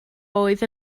oedd